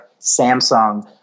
Samsung